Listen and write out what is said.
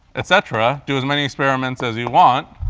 et cetera, do as many experiments as you want.